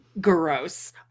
Gross